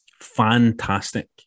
Fantastic